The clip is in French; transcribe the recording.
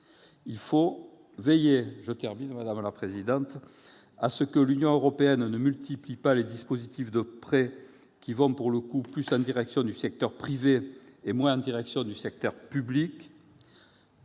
Il faut veiller à ce que l'Union européenne ne multiplie pas les dispositifs de prêts, qui vont, pour le coup, plus en direction du secteur privé et moins en direction du secteur public.